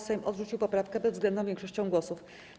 Sejm odrzucił poprawkę bezwzględną większością głosów.